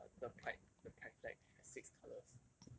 err the pride the pride flag has six colours